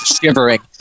shivering